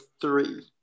three